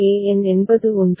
A n என்பது 1